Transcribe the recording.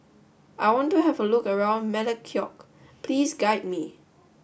I want to have a look around Melekeok please guide me